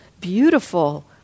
beautiful